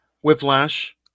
Whiplash